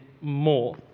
more